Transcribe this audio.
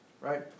right